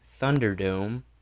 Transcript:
thunderdome